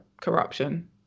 corruption